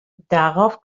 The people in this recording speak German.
darauf